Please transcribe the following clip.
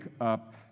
up